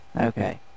Okay